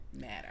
matter